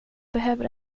behöver